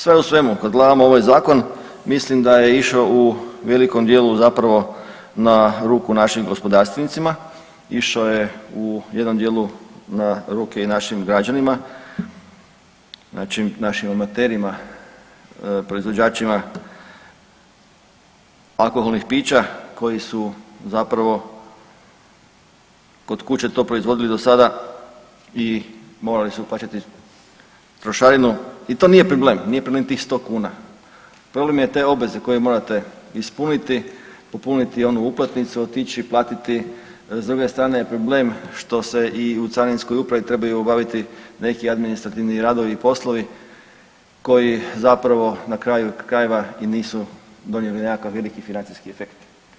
Sve u svemu, kad gledamo ovaj zakon, mislim da je išao u velikom djelu zapravo na ruku našim gospodarstvenicima, išao je u jednom djelu na ruke i našim građanima, znači našim amaterima proizvođačima alkoholnih pića koji su zapravo kod kuće to proizvodili do sada i morali su plaćati trošarinu i to nije problem, nije problem tih 100 kuna, problem je te obveze koje vi morate ispuniti, popuniti onu uplatnicu, otići platiti, s druge strane je problem što se i u carinskoj upravi trebaju obaviti neke administrativni radovi i poslovi koji zapravo na kraju krajeva i nisu donijeli nekakav veliki financijski efekt.